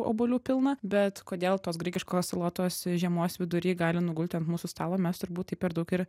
obuolių pilna bet kodėl tos graikiškos salotos žiemos vidury gali nugulti ant mūsų stalo mes turbūt taip per daug ir